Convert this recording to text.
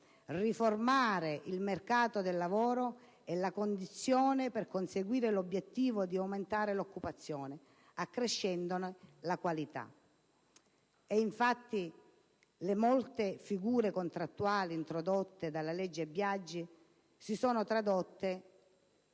«Riformare il mercato del lavoro è la condizione per conseguire l'obiettivo di aumentare l'occupazione, accrescendone la qualità». Ed infatti le molte figure contrattuali introdotte dalla legge Biagi si sono tradotte